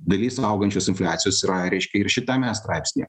dalis augančios infliacijos yra reiškia ir šitame straipsnyje